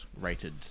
rated